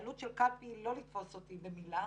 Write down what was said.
העלות של קלפי, לא לתפוס אותי במילה,